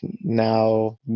now